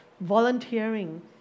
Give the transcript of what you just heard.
volunteering